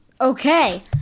Okay